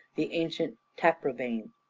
the ancient taprobane.